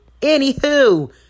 anywho